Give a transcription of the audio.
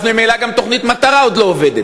אז ממילא גם תוכנית מחיר מטרה עוד לא עובדת.